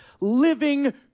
living